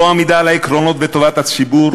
לא עמידה על העקרונות וטובת הציבור.